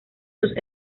sus